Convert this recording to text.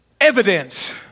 evidence